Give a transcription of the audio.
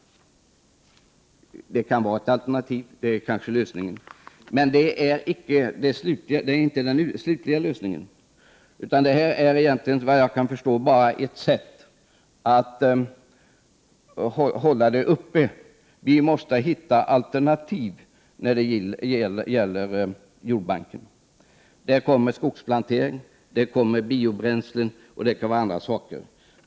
Det kan kanske vara lösningen på problemet. Men det är emellertid inte den slutliga lösningen. Såvitt jag kan förstå är detta bara ett sätt att hålla det hela uppe. Vi måste hitta alternativ när det gäller jordbanken. Där kommer skogsplantering, biobränslen, m.m. in.